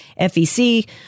FEC